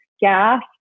gas